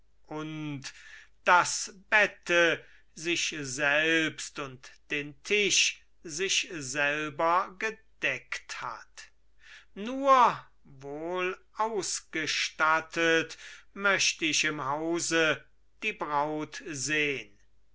das bette sich selbst und den tisch sich selber gedeckt hat nur wohl ausgestattet möcht ich im hause die braut sehn